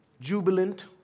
jubilant